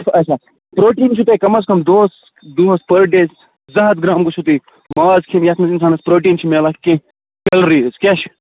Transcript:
اچھا پروٹیٖن چھو تۄہہ کَم از کَم دۄہس دۄہس پٔر ڈے زٕ ہتھ گرام گٔژھیو تُہۍ ماز کھٮ۪نۍ یَتھ منٛز اِنسانس پروٹیٖن چھُ میلان کیٚنٛہہ کیلریٖز کیاہ چِھِ